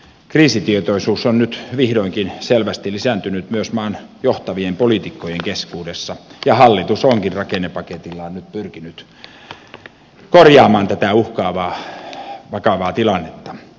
kriisitietoisuus on nyt vihdoinkin selvästi lisääntynyt myös maan johtavien poliitikkojen keskuudessa ja hallitus onkin rakennepaketillaan nyt pyrkinyt korjaamaan tätä uhkaavaa vakavaa tilannetta